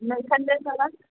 लायखानदो नामा